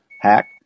hack